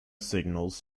signals